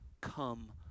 come